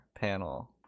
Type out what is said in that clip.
panel